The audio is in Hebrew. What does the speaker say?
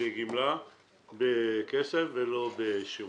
בגמלה ולא בשירותים.